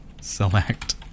select